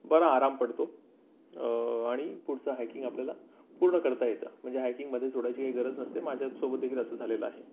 बरा आराम पडतो आणि पुढचं हायकिंग आपल्याला पूर्ण करता येतं म्हणजे हायकिंग मधे सोडायची काही गरज नसते माझ्यासोबत देखील असं झालेलं आहे